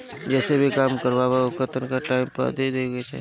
जेसे भी काम करवावअ ओकर तनखा टाइम पअ दे देवे के चाही